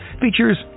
features